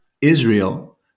Israel